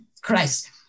Christ